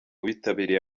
bitabiriye